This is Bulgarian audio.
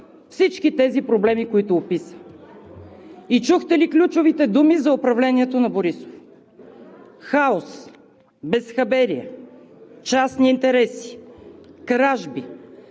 всички тези проблеми, които описа. И чухте ли ключовите думи за управлението на Борисов – хаос, безхаберие, частни интереси, кражби,